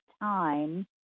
time